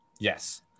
Yes